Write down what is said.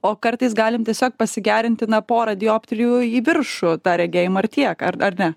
o kartais galim tiesiog pasigerinti na pora dioptrijų į viršų tą regėjimą ir tiek ar ar ne